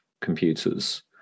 computers